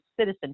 citizen